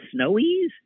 snowies